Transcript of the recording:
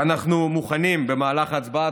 ואנחנו מוכנים במהלך ההצבעה,